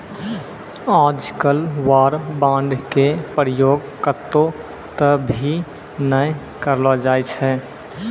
आजकल वार बांड के प्रयोग कत्तौ त भी नय करलो जाय छै